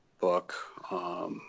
book